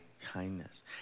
kindness